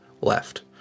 left